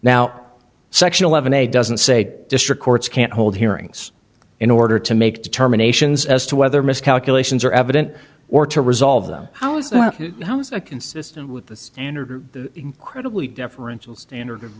a doesn't say district courts can't hold hearings in order to make determinations as to whether miscalculations are evident or to resolve them how is that how is that consistent with the standard or the incredibly deferential standard of